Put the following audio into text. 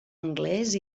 anglès